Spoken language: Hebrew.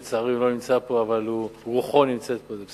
שלצערי לא נמצא פה אבל רוחו נמצאת פה וזה בסדר.